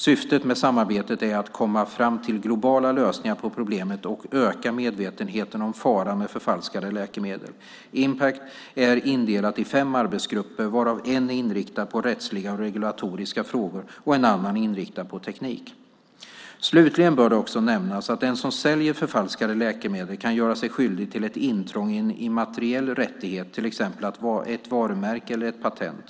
Syftet med samarbetet är att komma fram till globala lösningar på problemet och öka medvetenheten om faran med förfalskade läkemedel. Impact är indelat i fem arbetsgrupper, varav en är inriktad på rättsliga och regulatoriska frågor och en annan är inriktad på teknik. Slutligen bör det också nämnas att den som säljer förfalskade läkemedel kan göra sig skyldig till ett intrång i en immateriell rättighet, till exempel ett varumärke eller ett patent.